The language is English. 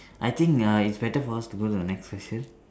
I think err it is better for us to go to the next question